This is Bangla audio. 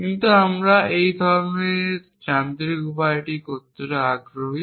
কিন্তু আমরা একই সময়ে যান্ত্রিক উপায়ে এটি করতে আগ্রহী